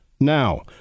now